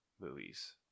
movies